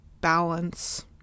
balance